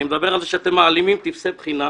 אני מדבר על זה שאתם מעלימים טפסי בחינה,